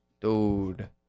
dude